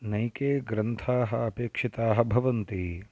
अनेके ग्रन्थाः अपेक्षिताः भवन्ति